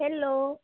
hello